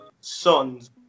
sons